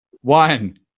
one